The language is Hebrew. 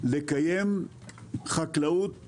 לקיים חקלאות אחרת,